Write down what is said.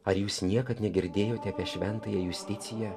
ar jūs niekad negirdėjote apie šventąją justiciją